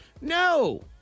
No